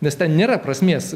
nes ten nėra prasmės